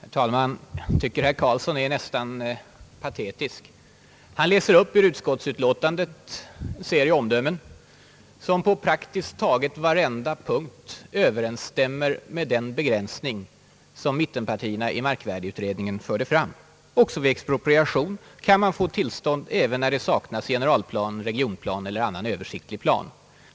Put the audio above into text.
Herr talman! Jag tycker att herr Karlsson är nästan patetisk. Han läser upp ur utskottsutlåtandet en serie omdömen, som på praktiskt taget varenda punkt överensstämmer med den begränsning som mittenpartierna i markvärdeutredningen förde fram. Vid expropriation kan man få tillstånd även när det saknas generalplan, regionplan, eller annan översiktlig plan.